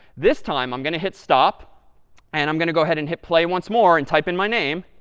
this time i'm going to hit stop and i'm going to go ahead and hit play once more and type in my name.